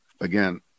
again